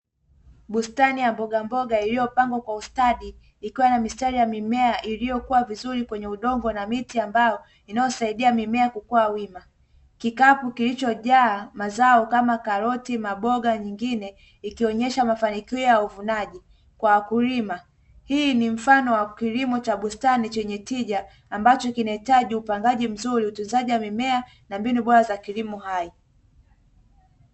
Bustani ya mboga mboga iliopangwa kwa ustadi, ikiwa na mistari ya mimea iliokuwa vizuri kwenye udongo na miti ambayo inaosaidia mimea kukua wima. Kikapu kilichojaa mazao kama karoti, maboga nyingine ikionesha mafanikio ya uvunaji kwa wakulima, hii ni mfano wa kilimo cha bustani chenye tija ambacho kinahitaji upangaji mzuri, utunzaji wa mimea na mbinu bora za kilimo hai.